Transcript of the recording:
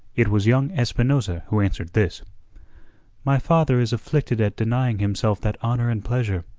it was young espinosa who answered this my father is afflicted at denying himself that honour and pleasure.